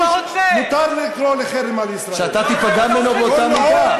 אתה תיפגע מחרם באותה מידה.